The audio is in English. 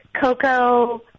Coco